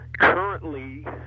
Currently